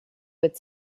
would